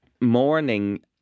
morning